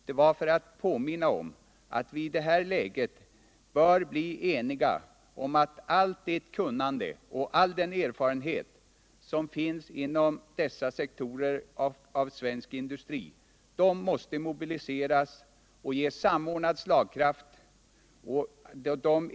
Det var för att poängtera att vi i detta läge bör bli eniga om att allt det kunnande och all den erfarenhet som finns inom dessa sektorer av svensk industri måste mobiliseras och ges samordnad slagkraft.